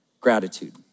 gratitude